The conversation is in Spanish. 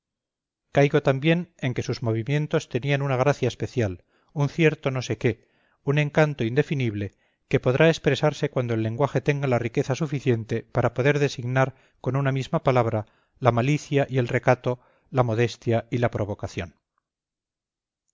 caigo también en que sus movimientos tenían una gracia especial un cierto no sé qué un encanto indefinible que podrá expresarse cuando el lenguaje tenga la riqueza suficiente para poder designar con una misma palabra la malicia y el recato la modestia y la provocación